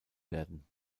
werden